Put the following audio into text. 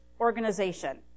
organization